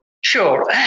Sure